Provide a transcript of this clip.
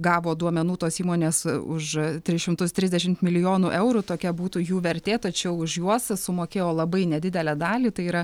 gavo duomenų tos įmonės už tris šimtus trisdešimt milijonų eurų tokia būtų jų vertė tačiau už juos sumokėjo labai nedidelę dalį tai yra